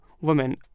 women